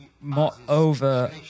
moreover